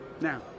Now